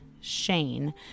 Shane